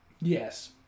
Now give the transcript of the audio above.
Yes